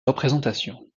représentation